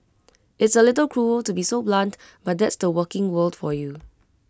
it's A little cruel to be so blunt but that's the working world for you